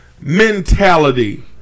mentality